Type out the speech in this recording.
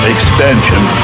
Expansion